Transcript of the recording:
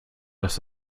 dass